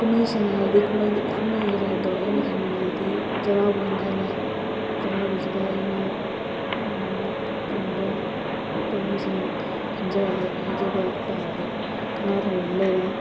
ꯀꯨꯝꯍꯩꯁꯤꯡ ꯍꯥꯏꯔꯗꯤ ꯀꯨꯝꯍꯩꯗꯤ ꯃꯌꯥꯝ ꯂꯩꯈꯔꯦ ꯑꯗꯣ ꯑꯩꯅ ꯈꯟꯕꯗꯗꯤ ꯆꯩꯔꯥꯎꯕ ꯑꯣꯏꯅ ꯈꯜꯂꯦ ꯆꯩꯔꯥꯎꯕꯁꯤꯗ ꯑꯩꯅ ꯊꯣꯡꯕ ꯄꯣꯠꯂꯝꯁꯤꯡ ꯈꯟꯖꯔꯒ ꯍꯥꯏꯖꯕ ꯇꯥꯔꯗꯤ ꯉꯥ ꯊꯣꯡꯕ ꯑꯃ ꯂꯩꯔꯦ